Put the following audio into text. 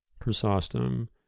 Chrysostom